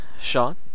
Sean